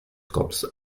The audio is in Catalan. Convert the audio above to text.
cops